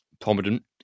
prominent